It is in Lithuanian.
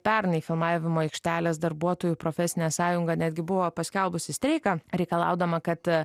pernai filmavimo aikštelės darbuotojų profesinė sąjunga netgi buvo paskelbusi streiką reikalaudama kad